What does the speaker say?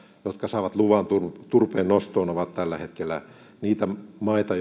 jotka saavat luvan turpeen nostoon ovat tällä hetkellä niitä maita